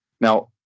Now